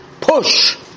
Push